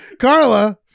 Carla